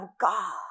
God